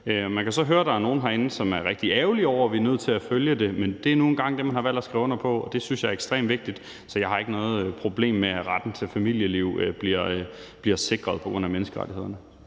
Jeg kan så høre, at der er nogle herinde, der er rigtig ærgerlige over, at vi er nødt til at følge dem, men det er nu engang det, man har valgt at skrive under på. Det synes jeg er ekstremt vigtigt, så jeg har ikke noget problem med, at retten til familieliv bliver sikret på grund af menneskerettighederne.